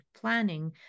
planning